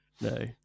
No